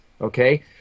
okay